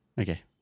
Okay